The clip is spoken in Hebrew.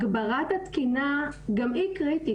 הגברת התקינה גם היא קריטית.